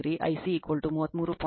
53 ಕೋನವನ್ನು ಪಡೆಯುತ್ತೇನೆ 103